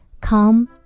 Come